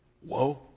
whoa